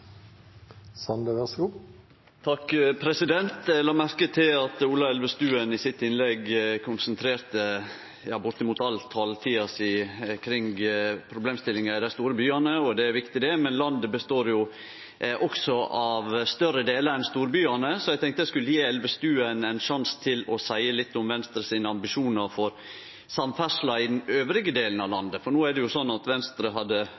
Eg la merke til at Ola Elvestuen i sitt innlegg konsentrerte bortimot all taletida si kring problemstillingane i dei store byane. Det er viktig, det, men landet består også av større delar enn av storbyane, så eg tenkte eg skulle gje Elvestuen ein sjanse til å seie litt om Venstre sine ambisjonar for samferdsla i